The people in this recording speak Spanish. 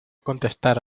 contestar